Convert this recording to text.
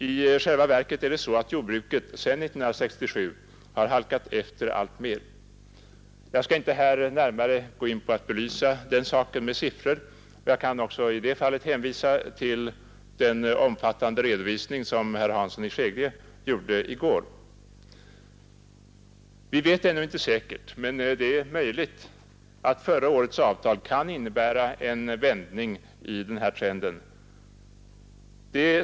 I själva verket är det så att jordbruket sedan 1967 har halkat efter alltmer. Jag skall här inte närmare gå in på en belysning av den saken med siffror. Även i det fallet kan jag hänvisa till en omfattande redovisning som herr Hansson i Skegrie lämnade i går. Vi vet ännu inte säkert, men det är möjligt att förra årets avtal kan innebära en vändning i trenden.